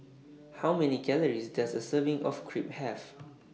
How Many Calories Does A Serving of Crepe Have